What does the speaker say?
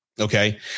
Okay